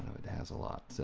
it has a lot.